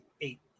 eight